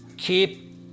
Keep